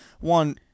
one